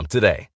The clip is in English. Today